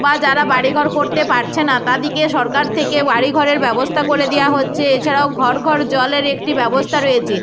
বা যারা বাড়ি ঘর করতে পারছে না তাদেরকে সরকার থেকে বাড়ি ঘরের ব্যবস্থা করে দেওয়া হচ্ছে এছাড়াও ঘর ঘর জলের একটি ব্যবস্থা রয়েছে